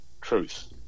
truth